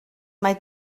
mae